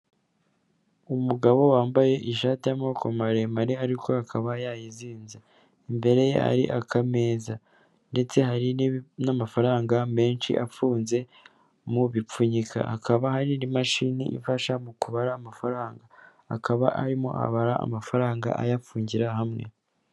Umugabo wambaye ishati y'amamoko maremare ariko akaba yayizinze imbere hari aameza ndetse hari n'amafaranga menshi afunze mu bipfunyika hakaba hari n'imashini ifasha mu kubara amafaranga akaba arimo abara amafaranga ayafungira hamwe.